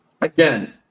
again